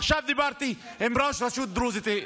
עכשיו דיברתי עם ראש רשות דרוזית.